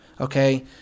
Okay